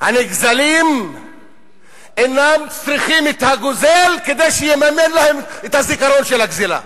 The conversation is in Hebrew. הנגזלים אינם צריכים את הגוזל כדי שיממן להם את הזיכרון של הגזל.